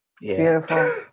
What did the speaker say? Beautiful